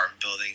building